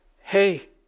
hey